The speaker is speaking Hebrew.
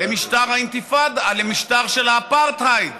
למשטר האפרטהייד.